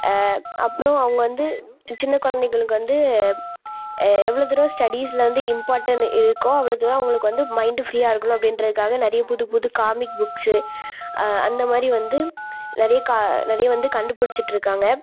அப்புறம் அவங்க வந்து சின்ன கொழந்தைகளுக்கு வந்து எவ்வளோ தூரம் ஸ்டடீஸ்சில் வந்து இம்பார்ட்டண்ட் இருக்கோ அவ்வளோ தூரம் அவங்களுக்கு வந்து மைண்ட்டு ஃப்ரீயாக இருக்கும்லே அப்படின்றத்துக்காக நிறையா புது புது காமிக் புக்ஸ்ஸு அந்தமாதிரி வந்து நிறைய கா நிறைய வந்து கண்டுபிடிச்சிட்ருக்காங்க